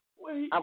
wait